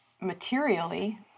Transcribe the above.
materially